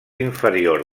inferior